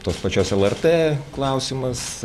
tos pačios lrt klausimas